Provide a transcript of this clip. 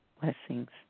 Blessings